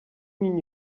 mean